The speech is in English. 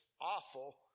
awful